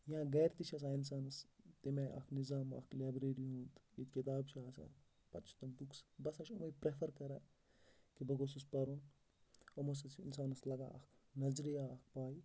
یا گرِ تہِ چھِ آسان اِنسانَس تِمے اَکھ نظام اَکھ لایبرٔری ہُنٛد یہِ کِتاب چھِ آسان پَتہٕ چھِ تِم بُکٕس بہٕ ہَسا چھُ أمَے پرٛٮ۪فَر کَران کہِ بہٕ گوٚژھُس پَرُن أمو سۭتۍ چھِ اِنسانَس لگان اَکھ نظریہ اَکھ پَے